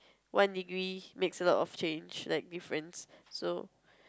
one degree makes a lot of change like difference